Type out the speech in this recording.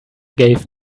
gave